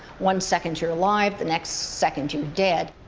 one second, you're alive the next second you're dead.